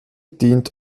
dient